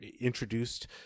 introduced